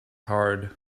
hard